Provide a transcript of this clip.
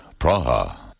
Praha